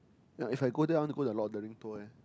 ya if I go there I want to go to the Lord-of-the-Rings tour leh